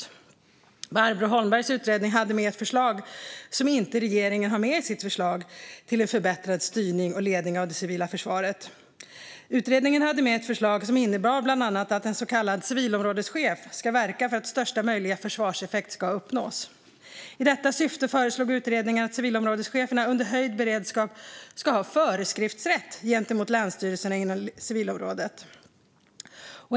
I Barbro Holmbergs utredning fanns ett förslag som regeringen inte har tagit med i förslaget till en förbättrad styrning och ledning av det civila försvaret. Utredningen hade med ett förslag som bland annat innebar att en så kallad civilområdeschef ska verka för att största möjliga försvarseffekt ska uppnås. I detta syfte föreslog utredningen att civilområdescheferna under höjd beredskap ska ha föreskriftsrätt gentemot länsstyrelserna inom civilområdet.